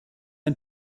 ein